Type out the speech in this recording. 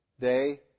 day